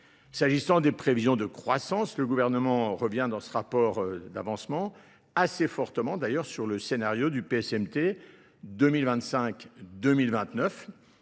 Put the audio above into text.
S'agissant des prévisions de croissance, le gouvernement revient dans ce rapport d'avancement assez fortement, d'ailleurs sur le scénario du PSMT 2025-2029,